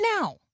now